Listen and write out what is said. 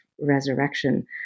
resurrection